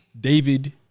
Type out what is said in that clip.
David